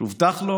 שהובטחה לו